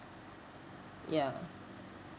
ya